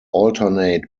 alternate